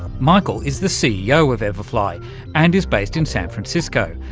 mikell is the ceo of everfly and is based in san francisco.